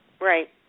right